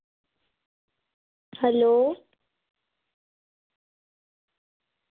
hello